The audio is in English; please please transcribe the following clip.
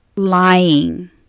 lying